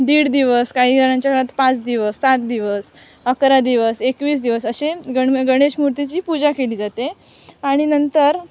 दीड दिवस काही जणांच्या घरात पाच दिवस सात दिवस अकरा दिवस एकवीस दिवस असे गण गणेश मूर्तीची पूजा केली जाते आणि नंतर